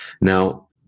Now